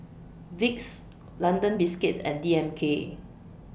Vicks London Biscuits and D M K